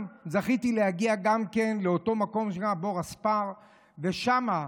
זכיתי גם להגיע לאותו מקום שנקרא בור אספר, ושם,